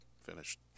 finished